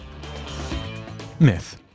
Myth